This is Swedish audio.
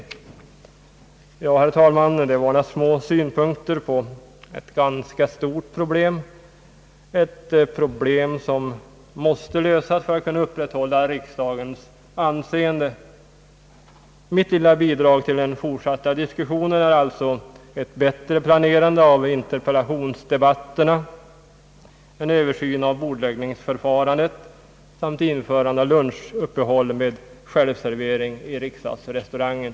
Detta är, herr talman, några små synpunkter på ett ganska stort problem — ett problem som måste lösas för att man skall kunna upprätthålla riksdagens anseende. Mitt lilla bidrag till den fortsatta diskussionen är alltså ett bättre planerande av interpellationsdebatterna, en översyn av bordläggningsförfarandet samt införande av lunchuppehåll med självservering i riksdagsrestaurangen.